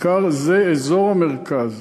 זה בעיקר אזור המרכז.